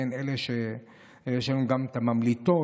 יש גם את הממליטות.